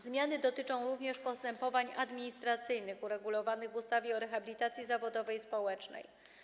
Zmiany dotyczą również postępowań administracyjnych uregulowanych w ustawie o rehabilitacji zawodowej i społecznej.